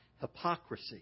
hypocrisy